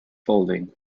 folding